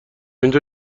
اینجا